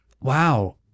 Wow